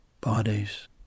Bodies